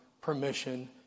permission